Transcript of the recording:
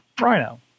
Rhino